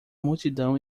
multidão